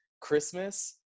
Christmas